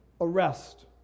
arrest